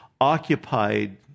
occupied